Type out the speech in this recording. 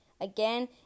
Again